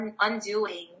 undoing